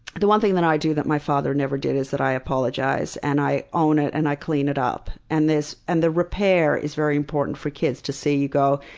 the one thing that i do that my father never did is that i apologize. and i own it and i clean it up. and and the repair is very important for kids, to see you go,